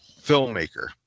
filmmaker